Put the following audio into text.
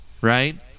right